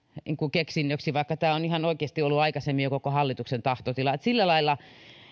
keksinnöksi vaikka tämä on ihan oikeasti ollut aikaisemmin jo koko hallituksen tahtotila sillä lailla